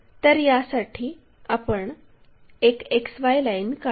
तर यासाठी एक XY लाईन काढा